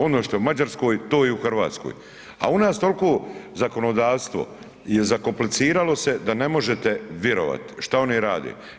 Ono što je u Mađarskoj, to je i u Hrvatskoj, a u nas toliko zakonodavstvo je zakompliciralo se da ne možete vjerovati šta oni rade.